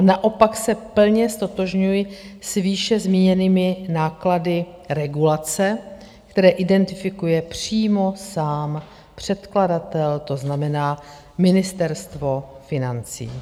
Naopak se plně ztotožňuji s výše zmíněnými náklady regulace, které identifikuje přímo sám předkladatel, to znamená Ministerstvo financí.